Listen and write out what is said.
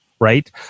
right